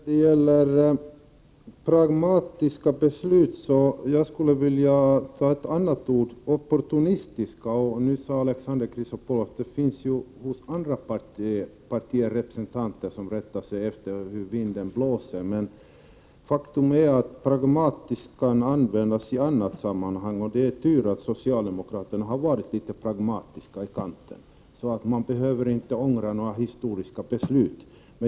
Herr talman! Jag skulle vilja använda ett annat begrepp i stället för pragmatism, nämligen opportunism. Nu sade Alexander Chrisopoulos att det finns representanter hos andra partier som vänder kappan efter vinden. Faktum är att ordet pragmatisk kan användas i andra sammanhang och det är nog tur att socialdemokraterna har varit litet pragmatiska i kanten, så att de inte behöver ångra några historiska beslut.